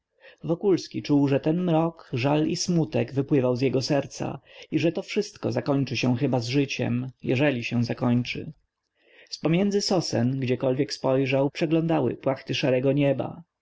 półmrok wokulski czuł że ten mrok żal i smutek wypływał z jego serca i że to wszystko zakończy się chyba z życiem jeżeli się zakończy zpomiędzy sosen gdziekolwiek spojrzał przeglądały płaty szarego nieba